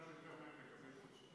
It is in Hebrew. כמה שיותר מהר נגבש את,